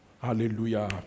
Hallelujah